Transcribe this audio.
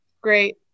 great